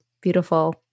Beautiful